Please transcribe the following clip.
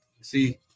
See